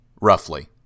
roughly